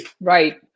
Right